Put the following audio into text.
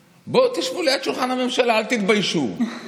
אני ביקשתי מיושב-ראש ועדת הכספים של הכנסת, כי